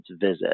visit